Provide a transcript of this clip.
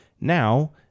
now